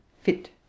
fit